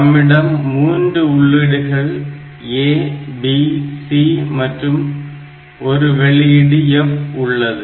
நம்மிடம் மூன்று உள்ளீடுகள் A B C மற்றும் ஒரு வெளியீடு F உள்ளது